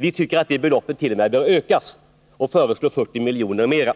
Vi tycker att beloppet t.o.m. bör ökas och föreslår 40 miljoner mer.